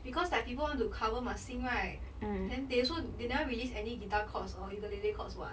because like people want to cover must sing right then they also they never release any guitar chords or ukulele chords [what]